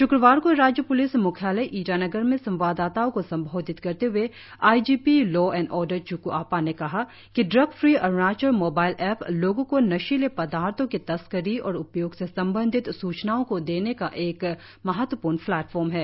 श्क्रवार को राज्य प्लिस म्ख्यालय ईटानगर में संवाददाताओं को संबोधित करते हुए I G P law and order Chuku Apa ने कहा कि drug free Arunachal mobile app लोगों को नशीले पदार्थों की तस्करी और उपयोग से संबंधित सूचनाओं को देने का एक महत्वपूर्ण प्लेटफार्म है